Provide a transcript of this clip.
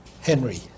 Henry